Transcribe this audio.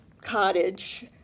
cottage